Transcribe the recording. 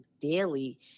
daily